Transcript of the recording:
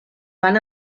van